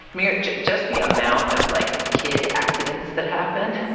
marriage, just the amount of like kid accidents that happen,